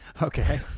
Okay